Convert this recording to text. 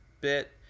bit